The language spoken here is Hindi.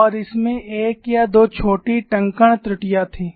और इसमें एक या दो छोटी टंकण त्रुटियां थीं